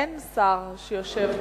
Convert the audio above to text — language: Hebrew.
אין שר שיושב כתורן,